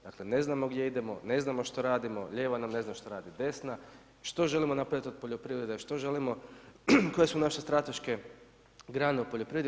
Dakle, ne znamo gdje idemo, ne znamo što radimo, lijeva nam ne zna što radi desna, što želimo napravit od poljoprivrede, što želimo, koje su naše strateške grane u poljoprivredi?